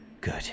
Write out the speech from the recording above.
Good